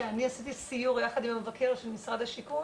אני רק רוצה להגיד שאני עשיתי סיור יחד עם המבקר של משרד השיכון